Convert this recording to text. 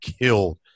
killed